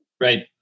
Right